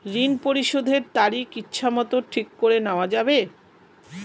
ঋণ পরিশোধের তারিখ ইচ্ছামত ঠিক করে নেওয়া যাবে?